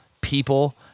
people